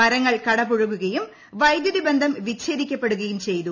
മരങ്ങൾ കടപുഴകുകയും വൈദ്യുതിബന്ധം വിച്ഛേദിക്കപ്പെടുകയും ചെയ്തു